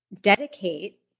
dedicate